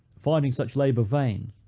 finding such labor vain,